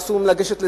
ואסור להם לגשת לזה.